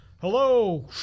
hello